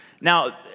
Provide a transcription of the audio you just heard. Now